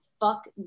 Fuck